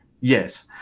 Yes